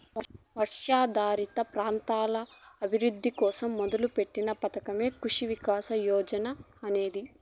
వర్షాధారిత ప్రాంతాల అభివృద్ధి కోసం మొదలుపెట్టిన పథకమే కృషి వికాస్ యోజన అనేది